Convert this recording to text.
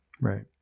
Right